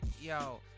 yo